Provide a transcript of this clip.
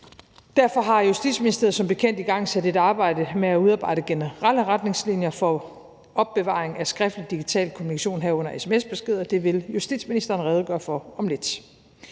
Derfor har Justitsministeriet som bekendt igangsat et arbejde med at udarbejde generelle retningslinjer for opbevaring af skriftlig digital kommunikation, herunder sms-beskeder. Det vil justitsministeren redegøre for om lidt.